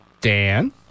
Dan